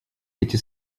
эти